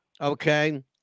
Okay